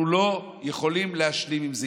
אנחנו לא יכולים להשלים עם זה.